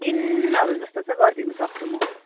तिनहरू जस्तो चाहिँ गरिदिनु सक्छु म